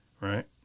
Right